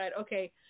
okay